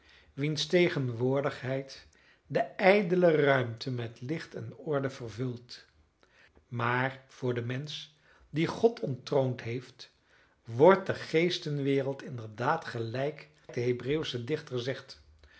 wiens tegenwoordigheid de ijdele ruimte met licht en orde vervult maar voor den mensch die god onttroond heeft wordt de geestenwereld inderdaad gelijk de hebreeuwsche dichter zegt